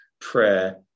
prayer